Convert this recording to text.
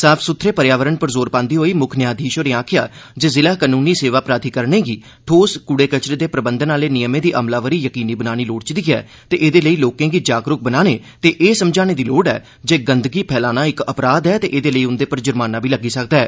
साफ सुथरे पर्यावरण पर जोर पांदे होई मुक्ख न्यायाधीष होरें आखेआ जे जिला कानूनी सेवा प्राधिकरणें गी ठोस कूड़े कचरे दे प्रबंधन आह्ले नियमें दी अलमावरी यकीनी बनानी लोड़चदी ऐ ते एह्दे लेई लोकें गी जागरूक बनाने ते एह् समझाने दी लोड़ ऐ जे गंदगी फैलाना इक अपराध ऐ ते एह्दे लेई उंदे पर जुर्माना बी लग्गी सकदा ऐ